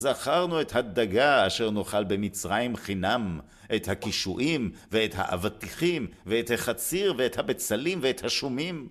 זכרנו את הדגה אשר נאכל במצרים חינם, את הקישואים, ואת האבטחים, ואת החציר, ואת הבצלים, ואת השומים.